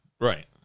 Right